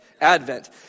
Advent